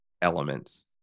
elements